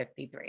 53